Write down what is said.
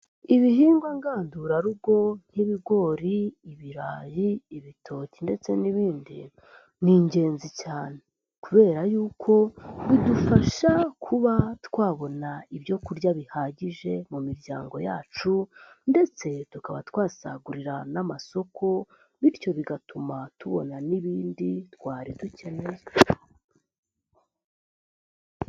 Ibihingwa ngandurarugo nk'ibigori, ibirayi, ibitoki ndetse n'ibindi, ni ingenzi cyane kubera y'uko bidufasha kuba twabona ibyo kurya bihagije mu miryango yacu ndetse tukaba twasagurira n'amasoko, bityo bigatuma tubona n'ibindi twari dukeneye.